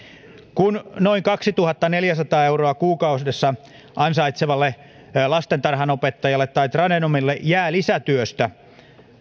kun noin kaksituhattaneljäsataa euroa kuukaudessa ansaitsevalle lastentarhanopettajalle tai tradenomille jää lisätyöstä